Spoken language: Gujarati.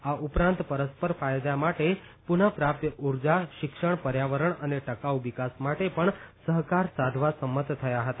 આ ઉપરાંત પરસ્પર ફાયદા માટે પુનઃ પ્રાપ્ય ઉર્જા શિક્ષણ પર્યાવરણ અને ટકાઉ વિકાસ માટે પણ સહકાર સાધવા સંમત થયા હતા